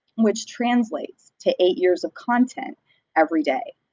which translates to eight years of content every day.